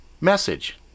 message